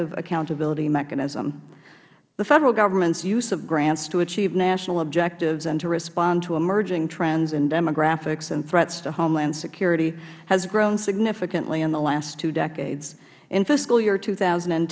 effective accountability mechanism the federal governments use of grants to achieve national objectives and to respond to emerging trends in demographics and threats to homeland security has grown significantly in the last two decades in fiscal year two thousand and